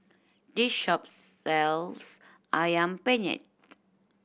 this shop sells Ayam Penyet